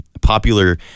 popular